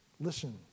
Listen